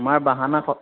তোমাৰ বাহানা স